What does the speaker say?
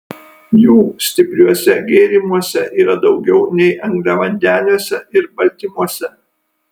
jų stipriuose gėrimuose yra daugiau nei angliavandeniuose ir baltymuose